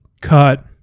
cut